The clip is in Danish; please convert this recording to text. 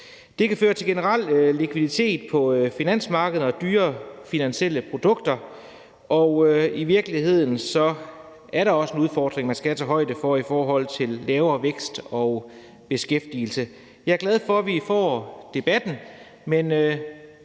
Det kan føre til generel likviditet på finansmarkedet og dyrere finansielle produkter, og i virkeligheden skal man også tage højde for den udfordring, der er i form af lavere vækst og beskæftigelse. Jeg er glad for, at vi får debatten,